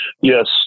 Yes